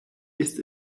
ist